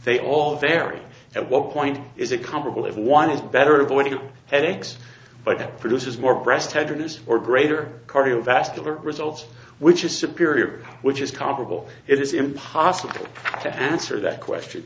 they all vary at what point is it comparable if one is better avoiding headaches but that produces more breast tenderness or greater cardiovascular results which is superior which is comparable it is impossible to answer that question